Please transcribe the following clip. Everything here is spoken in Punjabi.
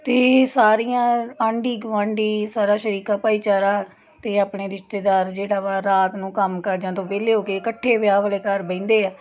ਅਤੇ ਸਾਰੀਆਂ ਆਂਢੀ ਗੁਆਂਢੀ ਸਾਰਾ ਸ਼ਰੀਕਾ ਭਾਈਚਾਰਾ ਅਤੇ ਆਪਣੇ ਰਿਸ਼ਤੇਦਾਰ ਜਿਹੜਾ ਵਾ ਰਾਤ ਨੂੰ ਕੰਮ ਕਾਜਾਂ ਤੋਂ ਵਿਹਲੇ ਹੋ ਕੇ ਇਕੱਠੇ ਵਿਆਹ ਵਾਲੇ ਘਰ ਬਹਿੰਦੇ ਆ